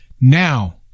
now